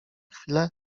chwilę